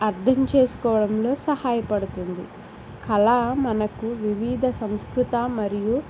అర్థం చేసుకోవడంలో సహాయపడుతుంది కళ మనకు వివిధ సంస్కృత మరియు